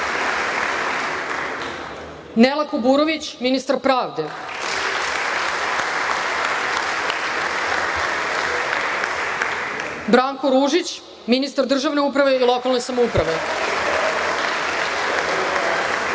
Nela Kuburović, ministar pravde, Branko Ružić, ministar državne uprave i lokalne samouprave,